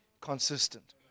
consistent